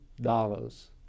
dollars